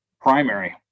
primary